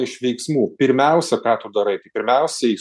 iš veiksmų pirmiausia ką tu darai tai pirmiausiai